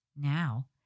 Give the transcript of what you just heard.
Now